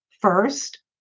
First